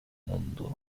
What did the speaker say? mundo